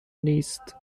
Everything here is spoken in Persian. نیست